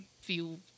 feel